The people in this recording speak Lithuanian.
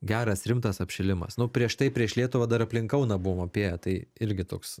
geras rimtas apšilimas nu prieš tai prieš lietuvą dar aplink kauną buvom apėję tai irgi toks